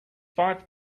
five